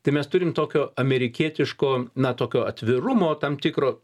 tai mes turim tokio amerikietiško na tokio atvirumo tam tikro